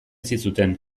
zizuten